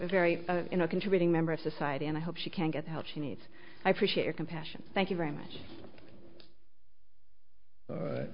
very you know contributing member of society and i hope she can get the help she needs i appreciate your compassion thank you very much